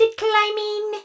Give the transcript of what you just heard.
climbing